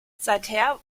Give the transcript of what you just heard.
seither